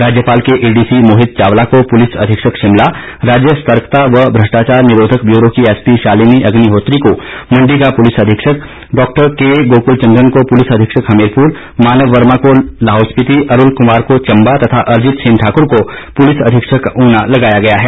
राज्यपाल के एडीसी मोहित चावला को पुलिस अधीक्षक शिमला राज्य सतर्कता व भ्रष्टाचार निरोधक ब्यूरो की एसपी शालिनी अग्निहोत्री को मंडी का पुलिस अधीक्षक डाक्टर के गोकुल चंद्रन को पुलिस अधीक्षक हमीरपुर मानव वर्मा को लाहौल स्पीति अरूल कुमार को चंबा तथा अर्जित सेन ठाक्र को पुलिस अधीक्षक ऊना लगाया गया है